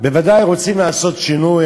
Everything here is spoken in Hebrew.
בוודאי רוצים לעשות שינוי,